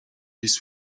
this